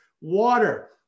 Water